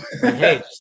hey